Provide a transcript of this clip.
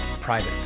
private